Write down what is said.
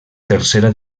tercera